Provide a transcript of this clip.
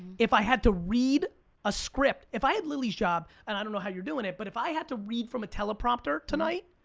if i had to read a script. if i had lilly's job and i don't know how you're doing it, but if i had to read from a teleprompter tonight,